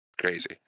crazy